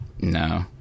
no